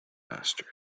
masters